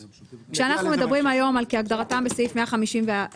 כשאנחנו מדברים היום על "כהגדרתם בסעיף 159א(א)",